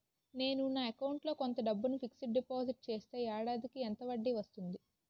నేను నా అకౌంట్ లో కొంత డబ్బును ఫిక్సడ్ డెపోసిట్ చేస్తే ఏడాదికి ఎంత వడ్డీ వస్తుంది?